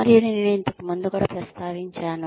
మరియు నేను ఇంతకు ముందు కూడా ప్రస్తావించాను